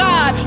God